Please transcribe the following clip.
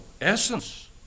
essence